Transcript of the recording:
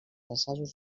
assajos